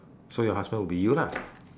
so your husband would be you lah